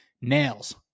nails